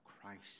Christ